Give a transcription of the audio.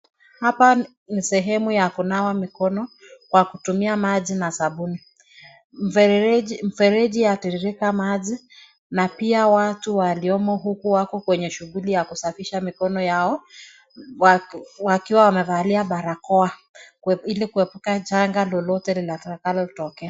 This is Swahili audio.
Hapa ni sehemu ya kunawa mikono kwa kutumia maji na sabuni. Mfereji yatiririka maji na pia watu waliomo huku wako kwenye shughuli ya kusafisha mikono yao wakiwa wamevalia barakoa ili kuepuka janga lolote litakalotokea.